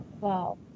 wow